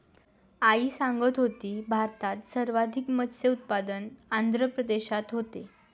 आई सांगत होती, भारतात सर्वाधिक मत्स्य उत्पादन आंध्र प्रदेशात होते